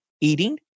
Eating